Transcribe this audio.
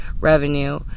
revenue